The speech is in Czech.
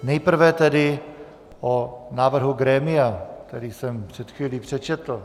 Nejprve tedy o návrhu grémia, který jsem před chvílí přečetl.